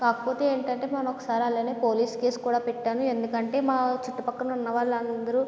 కాకపోతే ఏంటంటే మొన్న ఒకసారి అలానే పోలీస్ కేస్ కూడా పెట్టాను ఎందుకంటే మా చుట్టుపక్కల ఉన్నవాళ్ళందరూ